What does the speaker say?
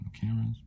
cameras